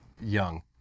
young